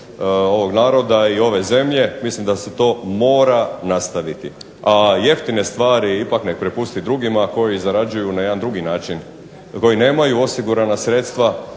ovog naroda i ove zemlje. Mislim da se to mora nastaviti, a jeftine stvari ipak nek' prepusti drugima koji zarađuju na jedan drugi način, koji nemaju osigurana sredstva,